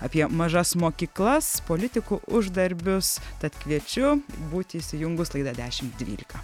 apie mažas mokyklas politikų uždarbius tad kviečiu būti įsijungus laidą dešimt dvylika